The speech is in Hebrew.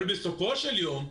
אבל בסופו של יום,